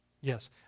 Yes